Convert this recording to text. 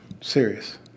serious